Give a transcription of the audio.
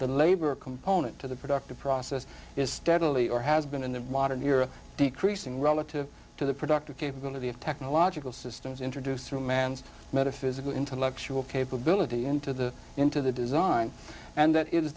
the labor component to the productive process is steadily or has been in the modern era decreasing relative to the productive capability of technological systems introduced through man's metaphysical intellectual capability into the into the design and that is